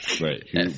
Right